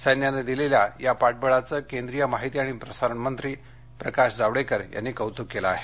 सैन्यानं दिलेल्या या पाठबळाचं केंद्रीय माहिती आणि प्रसारण मंत्री यांनी कौतुक केलं आहे